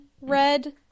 red